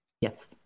Yes